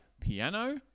piano